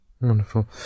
Wonderful